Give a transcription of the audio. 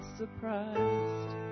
surprised